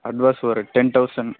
advance ஒரு ten thousand